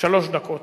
שלוש דקות.